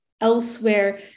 elsewhere